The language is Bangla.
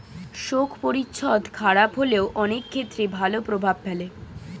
শোক পরিচ্ছদ খারাপ হলেও অনেক ক্ষেত্রে ভালো প্রভাব ফেলে